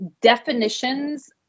definitions